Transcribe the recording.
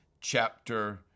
chapter